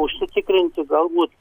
užsitikrinti galbūt